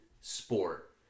sport